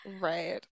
Right